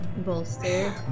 Bolster